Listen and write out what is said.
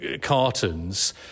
cartons